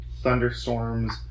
thunderstorms